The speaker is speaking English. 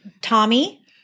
Tommy